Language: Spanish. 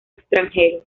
extranjero